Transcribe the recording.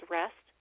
rest